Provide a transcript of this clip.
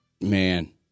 Man